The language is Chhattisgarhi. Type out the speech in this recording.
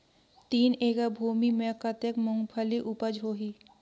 तीन एकड़ भूमि मे कतेक मुंगफली उपज होही?